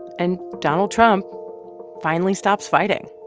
and donald trump finally stops fighting.